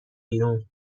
بیرون